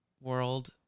world